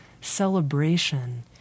celebration